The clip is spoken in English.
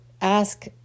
ask